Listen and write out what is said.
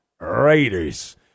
Raiders